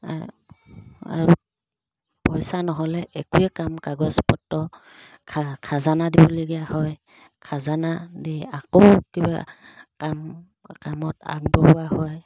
আৰু আৰু পইচা নহ'লে একোৱে কাম কাগজপত্ৰ খাজানা দিবলগীয়া হয় খাজানা দি আকৌ কিবা কাম কামত আগবঢ়োৱা হয়